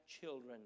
children